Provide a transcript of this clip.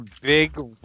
big